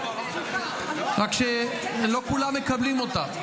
רק שלא כולם מקבלים אותה.